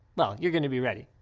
well, you're gonna be ready.